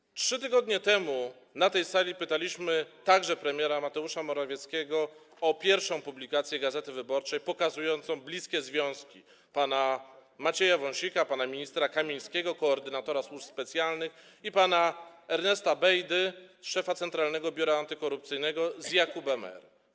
W tej sali 3 tygodnie temu pytaliśmy także premiera Mateusza Morawieckiego o pierwszą publikację „Gazety Wyborczej” ukazującą bliskie związki pana Macieja Wąsika, pana ministra Kamińskiego, koordynatora służb specjalnych, i pana Ernesta Bejdy, szefa Centralnego Biura Antykorupcyjnego, z Jakubem R.